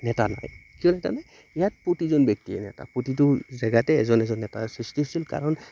নেতা নাই কিয় নেতা নাই ইয়াত প্ৰতিজন ব্যক্তিয়ে নেতা প্ৰতিটো জেগাতে এজন এজন নেতাৰ সৃষ্টি হৈছিল কাৰণ